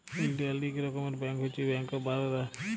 ইলডিয়াল ইক রকমের ব্যাংক হছে ব্যাংক অফ বারদা